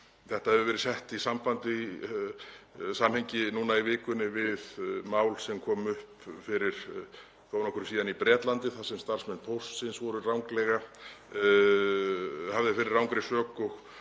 Þetta hefur verið sett í samhengi núna í vikunni við mál sem kom upp fyrir þó nokkru síðan í Bretlandi þar sem starfsmenn póstsins voru hafðir fyrir rangri sök og